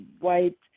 white